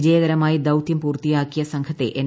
വിജയകരമായി ദൌത്യം പൂർത്തിയാക്കിയ സംഘത്തെ എൻ